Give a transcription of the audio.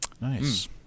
Nice